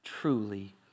truly